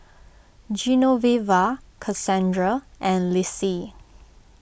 Genoveva Cassandra and Lissie